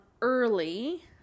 early